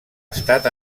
estat